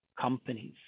companies